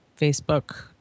Facebook